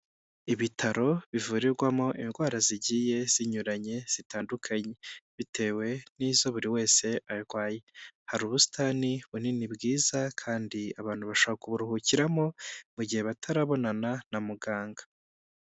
Ibitaro bivurirwamo indwara zigiye zinyuranye zitandukanye. Bitewe n'izo buri wese arwaye. Hari ubusitani bunini bwiza kandi abantu bashaka kuburuhukiramo, mu gihe batarabonana na muganga.